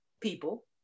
people